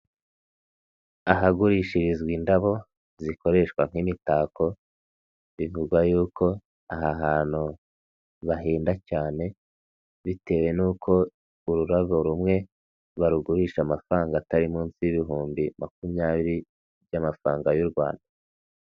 Ahagurishirizwa indabo zikoreshwa nk'imitako bivugwa yuko aha hantu bahenda cyane bitewe n'uko ururabo rumwe barugurisha amafaranga atari munsi y'ibihumbi makumyabiri by'amafaranga y'u Rwanda.